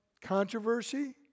controversy